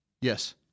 Yes